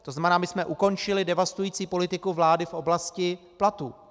To znamená, my jsme ukončili devastující politiku vlády v oblasti platů.